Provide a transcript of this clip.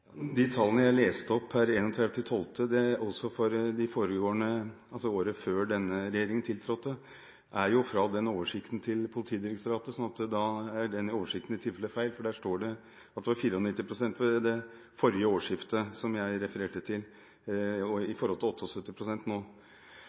De tallene jeg leste opp – per 31. desember for året før denne regjeringen tiltrådte – er fra oversikten til Politidirektoratet. Da er den oversikten i tilfelle feil, for der står det at det var 94 pst. ved forrige årsskifte, som jeg refererte til, i forhold til 78 pst. nå. Det som ble opplevd som en jobbgaranti på bl.a. valgkampmøtene og